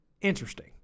interesting